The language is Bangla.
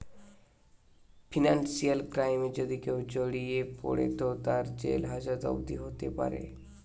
ফিনান্সিয়াল ক্রাইমে যদি কেও জড়িয়ে পড়ে তো তার জেল হাজত অবদি হোতে পারে